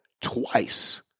twice